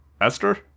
Esther